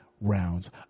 rounds